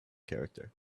character